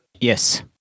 Yes